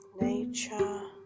nature